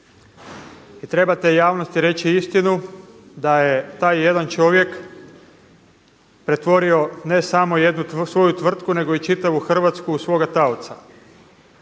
I trebate javnosti reći istinu da je taj jedan čovjek pretvorio ne samo jednu svoju tvrtku nego i čitavu Hrvatsku u svoga taoca.